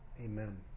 Amen